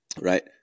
Right